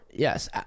Yes